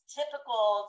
typical